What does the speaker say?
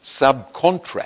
subcontract